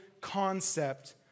concept